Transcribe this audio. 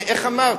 איך אמרת?